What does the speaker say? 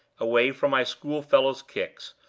away from my schoolfellows' kicks,